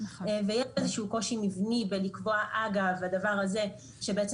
והיה כאן איזשהו קושי מבני בלקבוע אגב הדבר הזה שבעצם